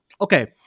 Okay